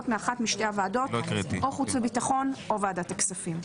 מאחת משתי הוועדות או חוץ וביטחון או ועדת הכספים.